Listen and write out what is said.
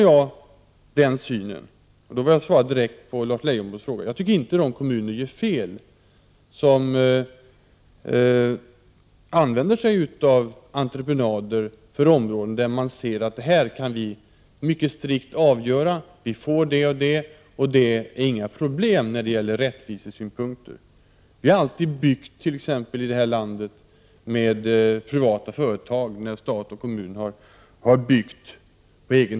Jag tycker inte, och då vill jag svara direkt på Lars Leijonborgs fråga, att de kommuner gör fel som använder entreprenader på områden där man ser att här kan vi mycket strikt avgöra att vi får det och det, och det finns inga problem när det gäller rättvisesynpunkter. Vi har här i landet exempelvis alltid anlitat privata företag när stat och kommun har byggt på egen hand.